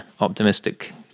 optimistic